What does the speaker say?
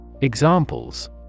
Examples